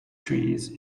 trees